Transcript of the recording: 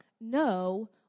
no